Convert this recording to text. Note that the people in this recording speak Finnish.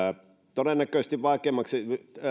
todennäköisesti